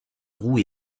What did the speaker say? roux